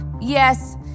Yes